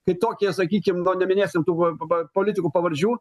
kai tokie sakykim nu neminėsim tų po politikų pavardžių